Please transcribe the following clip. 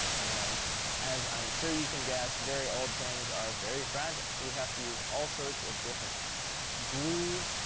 and as i'm sure you can guess, very old things are very fragile. so we have to use all sorts of different glues,